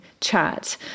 chat